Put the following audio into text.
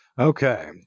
Okay